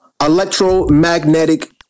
electromagnetic